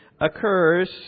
occurs